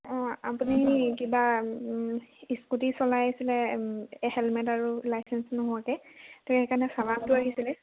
অঁ এই আপুনি কিবা ইস্কুটী চলাইছিলে এ হেলমেট আৰু লাইচেন্স নোহোৱাকৈ ত' সেইকাৰণে চালানটো আহিছিলে